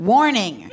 Warning